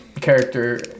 character